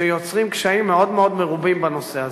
שיוצרים קשיים מאוד מאוד מרובים בנושא הזה.